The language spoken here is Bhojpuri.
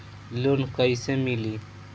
लोन कइसे मिली?